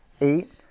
eight